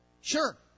Sure